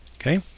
Okay